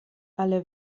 alle